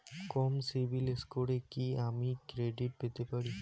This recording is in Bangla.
কম সিবিল স্কোরে কি আমি ক্রেডিট পেতে পারি?